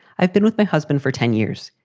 i've been with my husband for ten years.